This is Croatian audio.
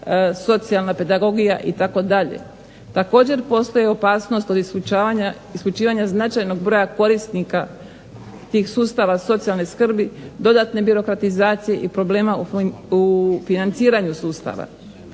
socijalna pedagogija itd. Također postoji opasnost od isključivanja značajnog broja korisnika tih sustava socijalne skrbi, dodatne birokratizacije i problema u financiranju sustava.